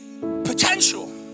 potential